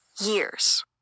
years